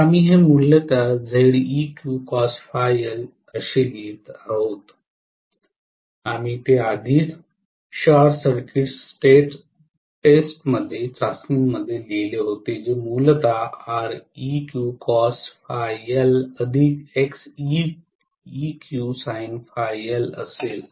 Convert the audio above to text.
तर आम्ही हे मूलत असे लिहीत आहोत आम्ही ते आधीच शॉर्ट सर्किट टेस्टमध्ये लिहिले होते जे मूलत असेल